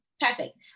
perfect